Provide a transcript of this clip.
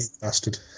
bastard